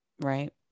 Right